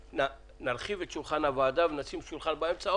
כי אחרת נרחיב את שולחן הוועדה ושוב נשים שולחן באמצע,